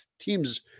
teams